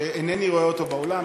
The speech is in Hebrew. שאינני רואה אותו באולם,